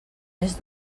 més